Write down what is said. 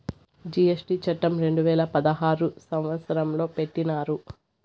GST చట్టం రెండు వేల పదహారు సంవత్సరంలో పెట్టినారు